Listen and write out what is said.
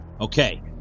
okay